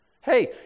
Hey